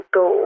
go